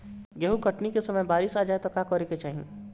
गेहुँ कटनी के समय बारीस आ जाए तो का करे के चाही?